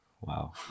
Wow